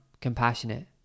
compassionate